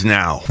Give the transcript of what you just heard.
now